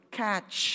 catch